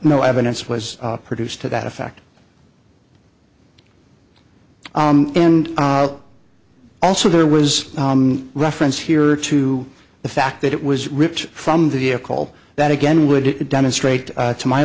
no evidence was produced to that effect and also there was reference here to the fact that it was ripped from the vehicle that again would demonstrate to my